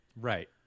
Right